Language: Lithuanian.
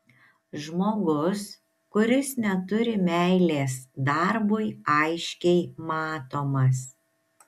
žmogus kuris neturi meilės darbui aiškiai matomas